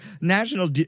National